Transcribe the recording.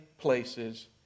places